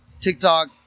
TikTok